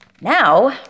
Now